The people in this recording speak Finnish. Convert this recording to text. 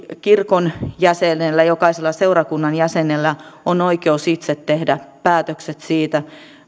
kirkon jäsenellä jokaisella seurakunnan jäsenellä on oikeus itse tehdä päätökset siitä